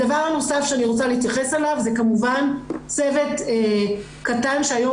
הדבר הנוסף שאני רוצה להתייחס אליו זה כמובן צוות קטן שהיום